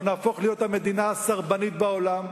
אנחנו נהפוך להיות המדינה הסרבנית בעולם.